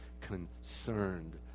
concerned